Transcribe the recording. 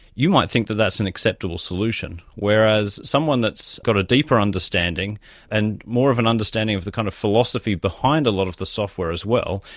you might think that that's an acceptable solution, whereas someone that's got a deeper understanding and more of an understanding of the kind of philosophy behind a lot of the software as well,